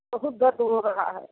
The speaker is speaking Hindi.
बहुत दर्द हो रहा है